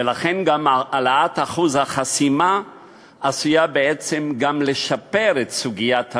ולכן העלאת אחוז החסימה עשויה לשפר את סוגיית המשילות,